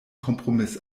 kompromiss